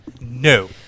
No